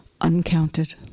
uncounted